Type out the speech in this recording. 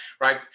right